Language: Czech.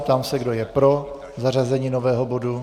Ptám se, kdo je pro zařazení nového bodu.